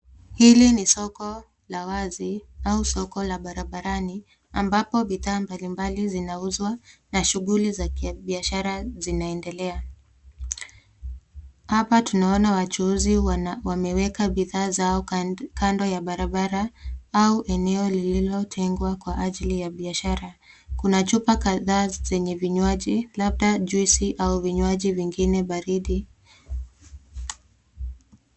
Hili ni soko la wazi au soko la barabarani ambapo bidhaa mbalimbali zinauzwa na shughuli za kibiashara zinaendelea. Hapa tunaona wachuuzi wana- wameweka bidhaa zao kand- kando ya barabara au eneo lililotengwa kwa ajili ya biashara. Kuna chupa kadhaa zenye vinywaji labda juisi au vinywaji vingine baridi.